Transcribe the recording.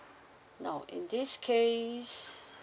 now in this case